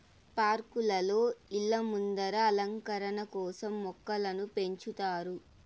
పార్కులలో, ఇళ్ళ ముందర అలంకరణ కోసం మొక్కలను పెంచుతారు